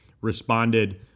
responded